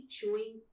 showing